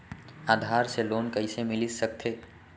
आधार से लोन कइसे मिलिस सकथे?